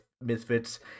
misfits